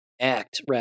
Act